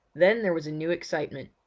then there was a new excitement.